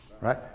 Right